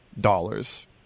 dollars